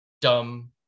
dumb